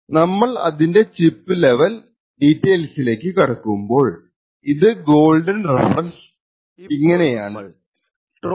നമ്മൾ അതിൻ്റെ chip level ഡീറ്റെയിൽസിലേക്കു കടക്കുമ്പോൾ ഇത് ഗോൾഡൻ റെഫറൻസ് ഇങ്ങനെയാണ് ട്രോജൻ അടങ്ങിയിട്ടുള്ള ചിപ്പിൻറെ ഡീറ്റെയിൽസ്